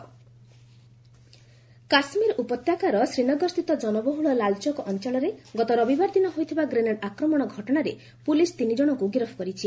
ଜେଜେ ଆରେଷ୍ଟ କାଶ୍ମୀର ଉପତ୍ୟକାର ଶ୍ରୀନଗରସ୍ଥିତ ଜନବହୁଳ ଲାଲ୍ଚୌକ ଅଞ୍ଚଳରେ ଗତ ରବିବାର ଦିନ ହୋଇଥିବା ଗ୍ରେନେଡ୍ ଆକ୍ରମଣ ଘଟଣାରେ ପୁଲିସ୍ ତିନି ଜଣଙ୍କ ଗିରଫ କରିଛି